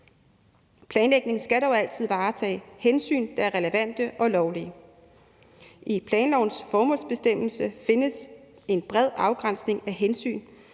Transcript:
Planlægningen skal dog altid varetage hensyn, der er relevante og lovlige. Kl. 21:13 I planlovens formålsbestemmelse findes en bred afgrænsning af hensyn,